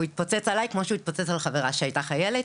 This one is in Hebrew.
הוא התפוצץ עליי כמו שהוא התפוצץ על חברה שהייתה חיילת.